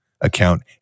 account